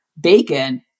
bacon